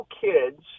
kids